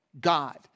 God